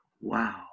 wow